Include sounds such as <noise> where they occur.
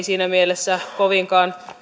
<unintelligible> siinä mielessä kovinkaan